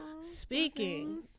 Speaking